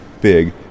big